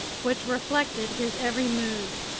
which reflected his every mood!